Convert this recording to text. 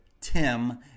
Tim